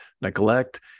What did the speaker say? neglect